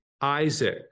Isaac